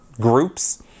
groups